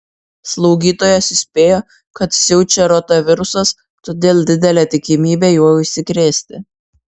slaugytojos įspėjo kad siaučia rotavirusas todėl didelė tikimybė juo užsikrėsti